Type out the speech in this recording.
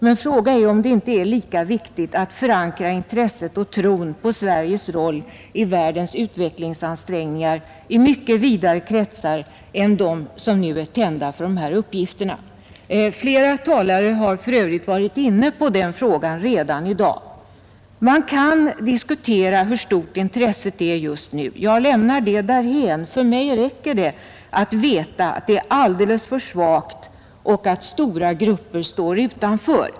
Men frågan är om det inte är lika viktigt att förankra intresset och tron på Sveriges roll i världens utvecklingsansträngningar i mycket vidare kretsar än de som nu är tända för dessa uppgifter. Flera talare har för övrigt redan varit inne på den frågan i dag. Man kan diskutera hur stort intresset är just nu. Jag lämnar det därhän. För mig räcker det att veta att det är alldeles för svagt och att stora grupper står utanför.